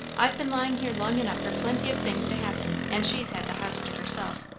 i've been lying here long enough for plenty of things to happen and she's had the house to herself.